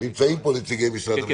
נמצאים פה נציגי משרד המשפטים.